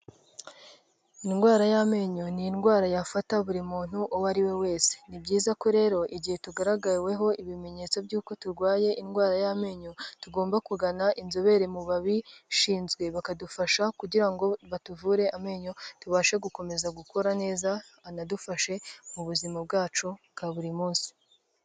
Indwara y'amenyo ni indwara yafata buri muntu uwo ariwe wese, ni byiza ko rero igihe tugaragaweho ibimenyetso by'uko turwaye indwara y'amenyo, tugomba kugana inzobere mu babishinzwe bakadufasha kugira ngo batuvure amenyo, tubashe gukomeza gukora neza, anadufashe mu buzima bwacu bwa buri munsi.